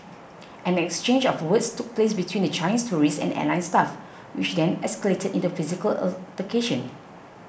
an exchange of words took place between the Chinese tourists and airline staff which then escalated into a physical altercation